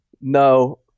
No